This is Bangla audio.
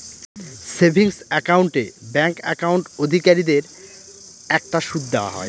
সেভিংস একাউন্ট এ ব্যাঙ্ক একাউন্ট অধিকারীদের একটা সুদ দেওয়া হয়